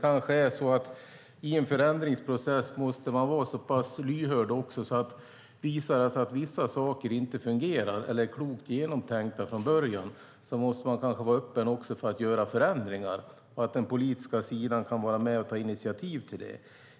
I en förändringsprocess måste man vara lyhörd. Visar det sig att vissa saker inte fungerar eller inte är klokt genomtänkta från början måste man vara öppen för att göra förändringar. Den politiska sidan kan vara med och ta initiativ till det.